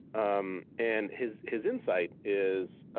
um and his his insight is